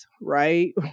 right